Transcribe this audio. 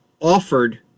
offered